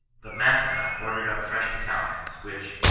but massena ordered up fresh battalions, which,